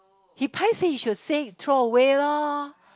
he paiseh he should say throw away loh